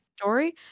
story